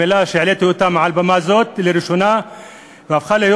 המילה שהעליתי מעל במה זו לראשונה הפכה להיות